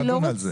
נדון על זה.